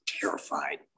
terrified